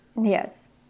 Yes